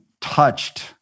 touched